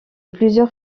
plusieurs